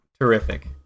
Terrific